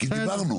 כי כבר דיברנו.